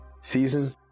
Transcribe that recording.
season